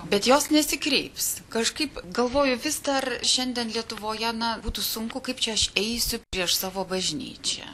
bet jos nesikreips kažkaip galvoju vis dar šiandien lietuvoje būtų sunku kaip čia aš eisiu prieš savo bažnyčią